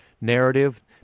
narrative